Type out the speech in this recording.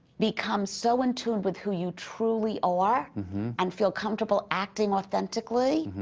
become so in tuned with who you truly are and feel comfortable acting authentically,